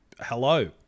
hello